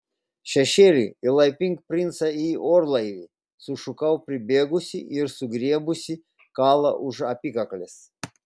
šešėli įlaipink princą į orlaivį sušukau pribėgusi ir sugriebusi kalą už apykaklės